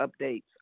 updates